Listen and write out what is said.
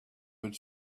would